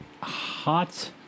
Hot